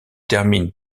termine